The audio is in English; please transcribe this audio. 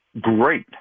Great